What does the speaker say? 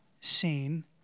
seen